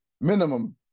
minimum